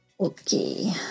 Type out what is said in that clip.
Okay